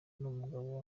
n’umugabo